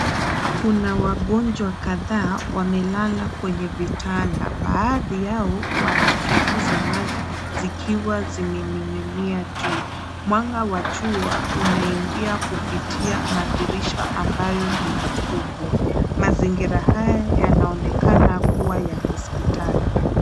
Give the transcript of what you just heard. Kuna wangojwa kataa wamelala kwenye vitanda baadhi yao wanatibu za maji zikiwa zimeningi'nia juu. Mwanga wa jua unaingia kupitia madirisha ambayo ni makubwa. Mazingira haya yanaonekana kuwa ya hospitali.